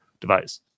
device